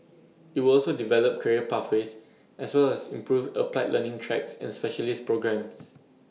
IT will also develop career pathways as well as improve applied learning tracks and specialist programmes